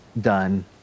done